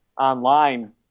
online